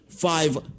Five